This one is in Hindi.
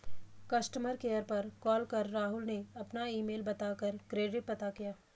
कस्टमर केयर पर कॉल कर राहुल ने अपना ईमेल बता कर क्रेडिट पता किया